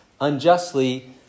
unjustly